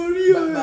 你有